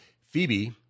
Phoebe